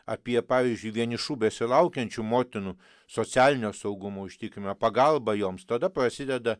apie pavyzdžiui vienišų besilaukiančių motinų socialinio saugumo užtikrinimą pagalbą joms tada prasideda